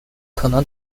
可能